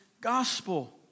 gospel